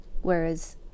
Whereas